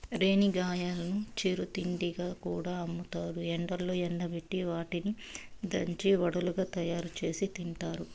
రేణిగాయాలను చిరు తిండిగా కూడా అమ్ముతారు, ఎండలో ఎండబెట్టి వాటిని దంచి వడలుగా తయారుచేసి తింటారు